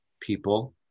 people